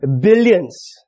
billions